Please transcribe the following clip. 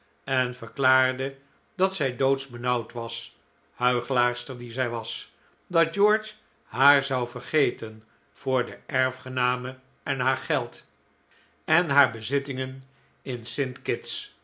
en verklaarde dat zij doodsbenauwd was huichelaarster die zij was dat george haar zou vergeten voor de erfgename en haar geld en haar bezittingen in